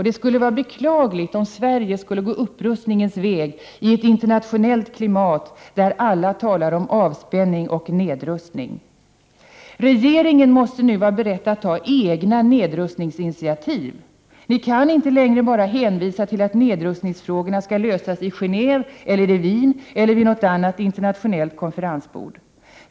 Det skulle vara beklagligt om Sverige skulle gå upprustningens väg i ett internationellt klimat där alla talar om avspänning och nedrustning. Regeringen måste nu vara beredd att ta egna nedrustningsinitiativ. Ni kan inte längre bara hänvisa till att nedrustningsfrågorna skall lösas vid konferensborden i Genéve eller i Wien eller vid något annat internationellt konferensbord.